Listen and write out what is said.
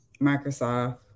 Microsoft